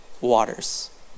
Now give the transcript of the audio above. waters